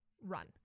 run